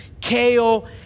kale